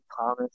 Thomas